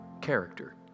character